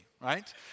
right